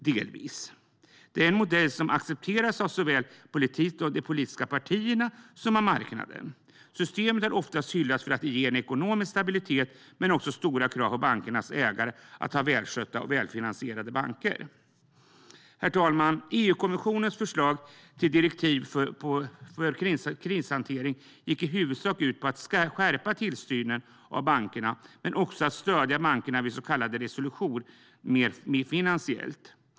Det är en modell som accepteras av såväl de politiska partierna som marknaden. Systemet har oftast hyllats för att det ger ekonomisk stabilitet. Men det ställer också stora krav på bankernas ägare att ha välskötta och välfinansierade banker. Herr talman! EU-kommissionens förslag till direktiv för krishantering gick i huvudsak ut på att skärpa tillsynen av bankerna men också på att stödja bankerna mer finansiellt vid så kallad resolution.